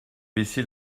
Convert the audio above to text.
baisser